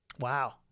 Wow